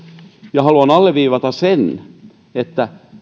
ja haluan alleviivata sitä että